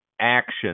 action